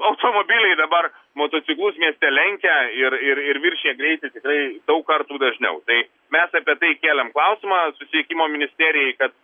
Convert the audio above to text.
automobiliai dabar motociklus mieste lenkia ir ir ir viršija greitį tikrai daug kartų dažniau tai mes apie tai kėlėm klausimą susisiekimo ministerijai kad